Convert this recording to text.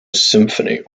symphony